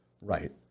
Right